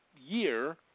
year